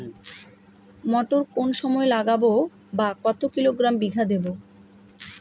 মটর কোন সময় লাগাবো বা কতো কিলোগ্রাম বিঘা দেবো?